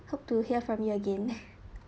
hope to hear from you again